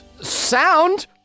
Sound